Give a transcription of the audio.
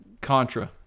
Contra